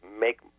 make